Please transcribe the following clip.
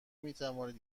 میتوانید